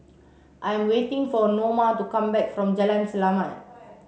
I am waiting for Noma to come back from Jalan Selamat